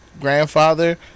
grandfather